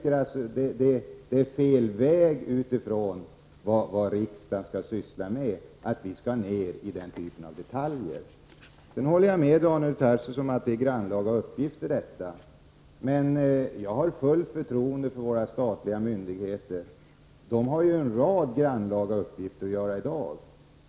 Det är fel väg att gå utifrån vad riksdagen skall syssla med. Vi skall inte syssla med sådana detaljer. Jag håller i och för sig med Daniel Tarschys om att det är grannlaga uppgifter det handlar om, men jag har fullt förtroende för våra statliga myndigheter. De har ju en rad grannlaga uppgifter redan i dag.